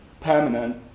permanent